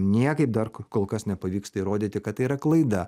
niekaip dar kol kas nepavyksta įrodyti kad tai yra klaida